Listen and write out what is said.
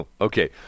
okay